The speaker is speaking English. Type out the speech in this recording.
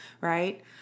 right